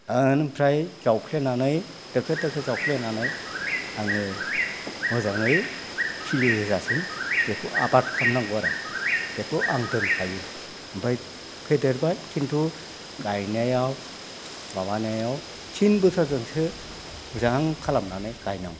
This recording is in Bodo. ओमफ्राय जावफ्लेनानै दोखो दोखो जावफ्लेनानै आङो मोजाङै खिलि होजासिम बेखौ आबाद खालामनांगौ आरो बेखौ आं दोनखायो ओमफ्राय फेदेरबा किन्तु गायनायाव माबानायाव थिन बोसोरजोंसो मोजां खालामनानै गायनांगौ